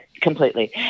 completely